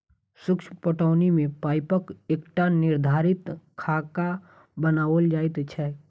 सूक्ष्म पटौनी मे पाइपक एकटा निर्धारित खाका बनाओल जाइत छै